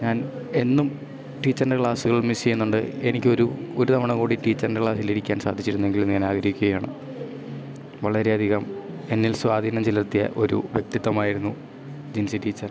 ഞാൻ എന്നും ടീച്ചറിൻ്റെ ക്ലാസ്സുകൾ മിസ്സ് ചെയ്യുന്നുണ്ട് എനിക്കൊരു ഒരു തവണ കൂടി ടീച്ചറിൻ്റെ ക്ലാസ്സിലിരിക്കാൻ സാധിച്ചിരുന്നെങ്കിലും ഞാനാഗ്രഹിക്കുകയാണ് വളരെയധികം എന്നിൽ സ്വാധീനം ചെലുത്തിയ ഒരു വ്യക്തിത്ത്വമായിരുന്നു ജിൻസി ടീച്ചർ